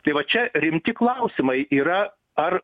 tai va čia rimti klausimai yra ar